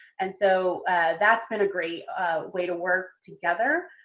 and so that's been a great way to work together.